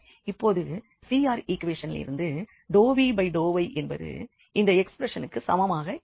இப்பொழுது CR ஈக்குவேஷனிலிருந்து ∂v∂y என்பது இந்த எக்ஸ்ப்ரெஷனுக்கு சமமாக இருக்கும்